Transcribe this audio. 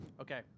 Okay